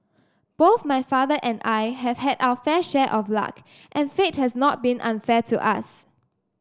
both my father and I have had our fair share of luck and fate has not been unfair to us